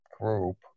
group